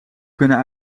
kunnen